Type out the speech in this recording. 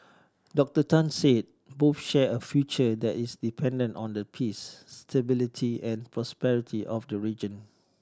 Doctor Tan said both share a future that is dependent on the peace stability and prosperity of the region